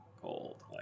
cold